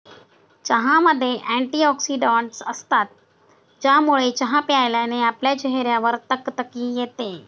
चहामध्ये अँटीऑक्सिडन्टस असतात, ज्यामुळे चहा प्यायल्याने आपल्या चेहऱ्यावर तकतकी येते